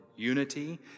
unity